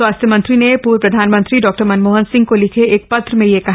स्वास्थ्य मंत्री ने पूर्व प्रधानमंत्री डॉक्टर मनमोहन सिंह को लिखे एक पत्र में यह कहा